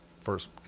first